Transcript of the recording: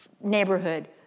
neighborhood